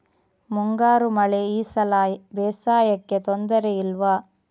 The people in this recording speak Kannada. ಮುಂಗಾರು ಮಳೆ ಈ ಸಲ ಬೇಸಾಯಕ್ಕೆ ತೊಂದರೆ ಇಲ್ವ?